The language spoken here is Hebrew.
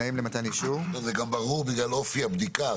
זה גם ברור בגלל אופי הבדיקה.